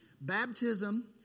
Baptism